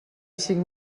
cinc